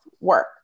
work